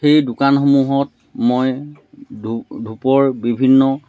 সেই দোকানসমূহত মই ধূপ ধূপৰ বিভিন্ন